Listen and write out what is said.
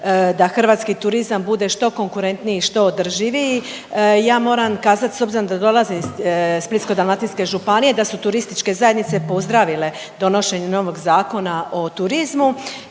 da hrvatski turizam bude što konkurentniji i što održiviji. Ja moram kazati, s obzirom da dolazim iz Splitsko-dalmatinske županije, da su turističke zajednice pozdravile donošenje novog Zakona o turizmu